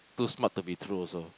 too smart to be true also